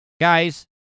Guys